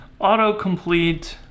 autocomplete